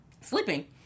sleeping